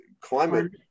climate